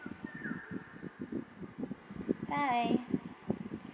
bye